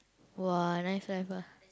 !woah! nice